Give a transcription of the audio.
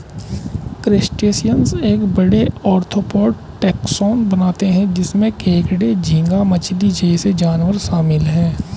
crustaceans एक बड़े, arthropod taxon बनाते हैं जिसमें केकड़े, झींगा मछली जैसे जानवर शामिल हैं